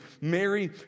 Mary